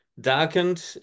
darkened